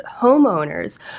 homeowners